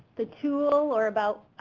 the tool or about